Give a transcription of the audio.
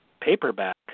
paperback